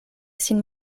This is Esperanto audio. sin